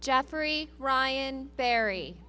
jeffrey ryan barry